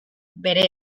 bere